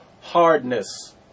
hardness